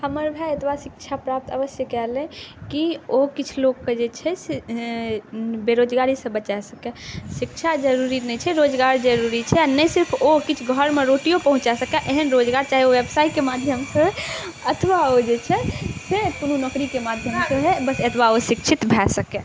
हमर भाइ एतबा शिक्षा प्राप्त अवश्य कऽ लै कि ओ किछु लोकके जे छै से बेरोजगारीसँ बचा सकै शिक्षा जरूरी नहि छै रोजगार जरूरी छै आओर नहि सिर्फ ओ किछु घरमे रोटिओ पहुँचा सकै एहन रोजगार चाही ओ बेवसाइके माध्यमसँ अथवा ओ जे छै से कोनो नौकरीके माध्यमसँ बस एतबा ओ शिक्षित भऽ सकै